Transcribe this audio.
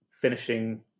finishing